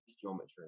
geometry